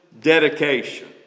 dedication